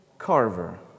Carver